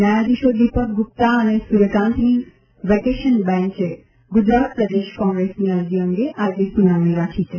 ન્યાયાધીશો દીપક ગુપ્તા અને સૂર્યકાન્તની વેકેશન બેન્ચે ગુજરાત પ્રદેશ કોંગ્રેસની અરજી અંગે આજે સુનાવણી રાખી છે